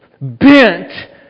bent